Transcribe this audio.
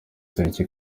tariki